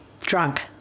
drunk